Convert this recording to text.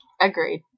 Agreed